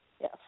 Yes